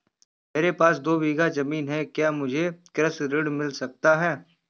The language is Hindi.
मेरे पास दो बीघा ज़मीन है क्या मुझे कृषि ऋण मिल सकता है?